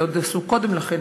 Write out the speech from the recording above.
עשו זאת עוד קודם לכן,